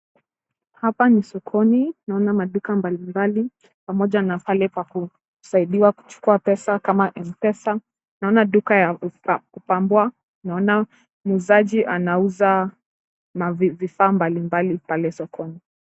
Hapa ni sokoni. Naona maduka mbali mbali pamoja na pale pa kusaidiwa kuchukua pesa kama M-pesa . Naona duka ya kupambua . Naona muuzaji anauza vifaa mbalimbali pale sokoni.